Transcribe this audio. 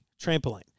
trampoline